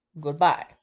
Goodbye